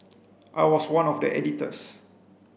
I was one of the editors